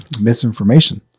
misinformation